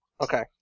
Okay